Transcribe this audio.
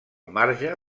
marge